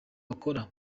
bakora